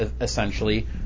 essentially